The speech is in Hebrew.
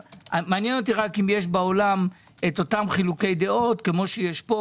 מעניין אותי רק אם יש בעולם את אותם חילוקי דעות כמו שיש פה.